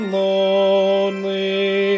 lonely